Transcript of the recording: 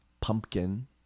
Pumpkin